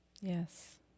Yes